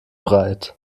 breit